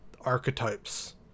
archetypes